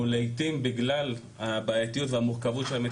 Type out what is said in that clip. יש לנו 85 תחנות כאלה והן מאורגנות בשלושה